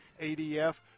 ADF